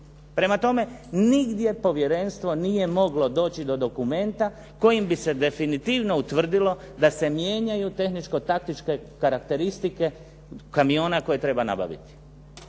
Prema tome, nigdje Povjerenstvo nije moglo doći do dokumenta kojim bi se definitivno utvrdilo da se mijenjaju tehničko-taktičke karakteristike kamiona koje treba nabaviti.